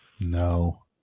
No